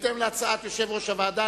בהתאם להצעת יושב-ראש הוועדה,